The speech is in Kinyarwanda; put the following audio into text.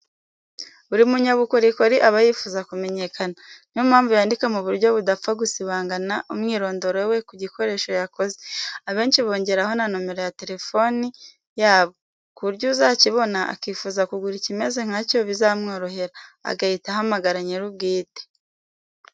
Buri munyabukorikori aba yifuza kumenyekana, ni yo mpamvu yandika mu buryo budapfa gusibangana umwirondoro we ku gikoresho yakoze, abenshi bongeraho na nomero ya telefoni yabo, ku buryo uzakibona akifuza kugura ikimeze nka cyo bizamworohera, agahita ahamagara nyir'ubwite.